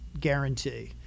guarantee